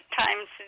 times